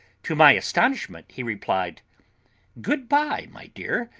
to my astonishment, he replied good-bye, my dear.